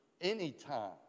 anytime